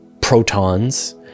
protons